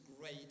great